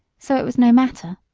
so it was no matter.